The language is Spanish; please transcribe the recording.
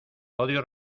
odio